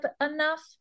enough